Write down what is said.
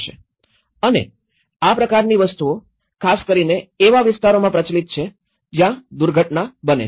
અને આ પ્રકારની વસ્તુઓ ખાસ કરીને એવા વિસ્તારોમાં પ્રચલિત છે જ્યાં દુર્ઘટના બને છે